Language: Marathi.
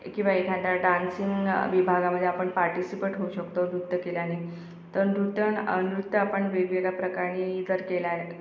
किंवा एखाद्या डान्सिंग विभागामधे आपण पार्टीसिपट होऊ शकतो नृत्य केल्याने तर नृत्यण नृत्य आपण वेगवेगळ्या प्रकारानी जर केल्याने